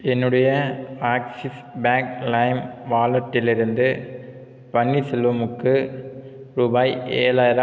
என்னுடைய Axis bank lime வாலெட்டிலிருந்து பன்னீர்செல்வமுக்கு ரூபாய் ஏழாயிரம் அனுப்பவும்